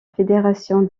fédération